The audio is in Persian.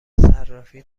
صرافی